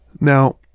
Now